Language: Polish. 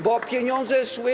Bo pieniądze szły.